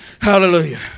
Hallelujah